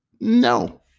No